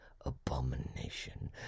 abomination